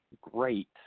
great